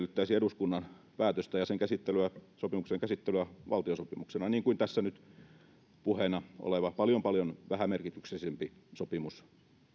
edellyttäisi eduskunnan päätöstä ja sopimuksen käsittelyä valtiosopimuksena niin kuin tämä nyt puheena oleva paljon paljon vähämerkityksisempi sopimus